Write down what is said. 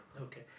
okay